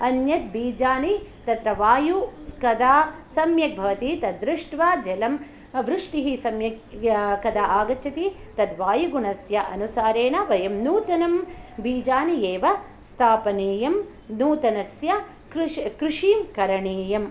अन्यद्बीजानि तत्र वायु कदा सम्यग् भवति तद्दृष्ट्वा जलं वृष्टिः सम्यक् कदा आगच्छति तद्वायुगुणस्य अनुसारेण वयं नूतनं बीजानि एव स्तापनीयं नूतनस्य कृषिं करणीयं